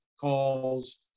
calls